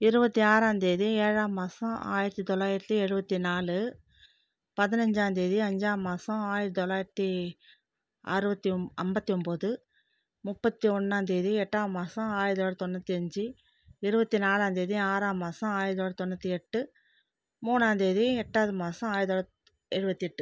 இருபத்தி ஆறாம்தேதி ஏழாம் மாதம் ஆயிரத்தி தொள்ளாயிரத்தி எழுபத்தி நாலு பதினஞ்சாந்தேதி அஞ்சாம் மாசம் ஆயிரத்தி தொள்ளாயிரத்தி அறுபத்தி ஒம் ஐம்பத்தி ஒன்போது முப்பத்தி ஒன்றாந்தேதி எட்டாம் மாசம் ஆயிரத்தி தொள்ளாயிரத்தி தொண்ணூற்றி அஞ்சு இருபத்தி நாலாம்தேதி ஆறாம் மாதம் ஆயிரத்தி தொள்ளாயிரத்தி தொண்ணூற்றி எட்டு மூணாம்தேதி எட்டாவது மாசம் ஆயிரத்தி தொள்ளாயிரத்தி எழுபத்தி எட்டு